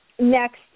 next